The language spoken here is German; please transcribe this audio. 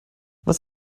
was